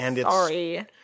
Sorry